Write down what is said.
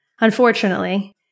Unfortunately